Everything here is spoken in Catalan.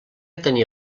tenir